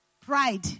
Pride